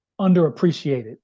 underappreciated